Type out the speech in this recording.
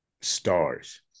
stars